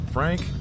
Frank